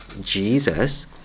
Jesus